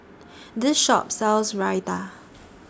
This Shop sells Raita